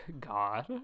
God